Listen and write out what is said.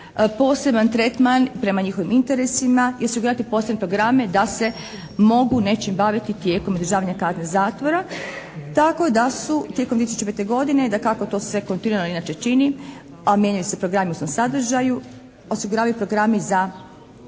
poseban tretman prema njihovim interesima i osigurati posebne programe da se mogu nečim baviti tijekom izdržavanja kazne zatvora, tako da su tijekom 2005. godine, dakako to se sve kontinuirano inače čini, pa mijenjaju se programi u samom sadržaju osiguravaju programi za njihovu